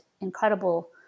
incredible